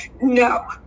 No